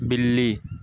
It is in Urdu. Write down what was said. بلی